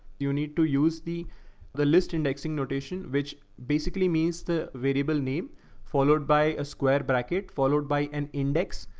you need to use the the list indexing notation, which basically means the variable name followed by a square bracket, followed by an index.